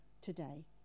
today